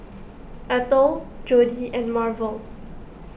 Eathel Jodi and Marvel